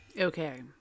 Okay